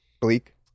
Bleak